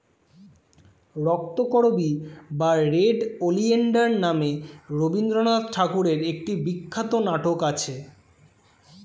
রক্তকরবী বা red oleander নামে রবিন্দ্রনাথ ঠাকুরের একটি বিখ্যাত নাটক আছে